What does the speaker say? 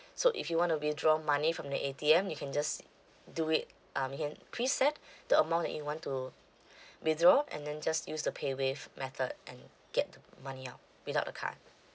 so if you want to withdraw money from the A_T_M you can just do it um you can preset the amount that you want to withdraw and then just use the paywave method and get money out without the card